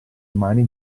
umani